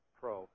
pro